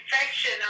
infection